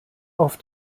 auf